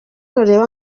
urebe